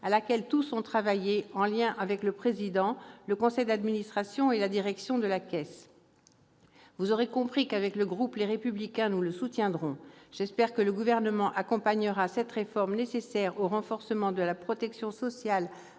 à laquelle tous ont travaillé en lien avec le président, le conseil d'administration et la direction de la Caisse. Vous l'aurez compris, mes chers collègues, le groupe Les Républicains soutient cette proposition de loi. J'espère que le Gouvernement accompagnera cette réforme nécessaire au renforcement de la protection sociale